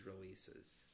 releases